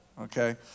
okay